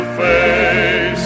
face